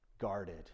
guarded